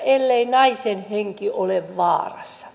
ellei naisen henki ole vaarassa